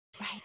right